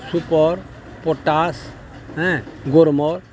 super potash Gromor